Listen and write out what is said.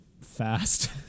fast